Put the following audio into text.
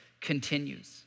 continues